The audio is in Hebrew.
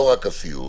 לא רק הסיעוד,